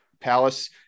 Palace